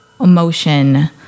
emotion